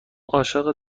عاشق